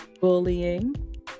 bullying